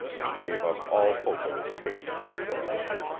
and gave up all hope of escape in that direction.